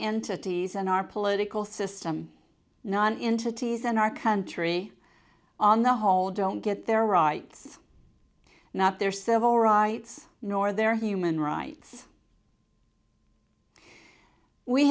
entities in our political system not into t's and our country on the whole don't get their rights not their civil rights nor their human rights we